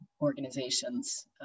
organizations